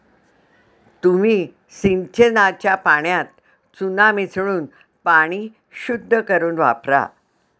तुम्ही सिंचनाच्या पाण्यात चुना मिसळून पाणी शुद्ध करुन वापरा